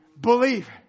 Believe